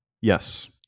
Yes